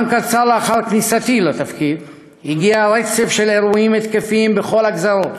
לאחר כניסתי לתפקיד הגיע רצף של אירועים התקפיים בכל הגזרות: